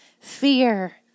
fear